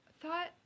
thought